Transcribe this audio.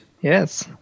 Yes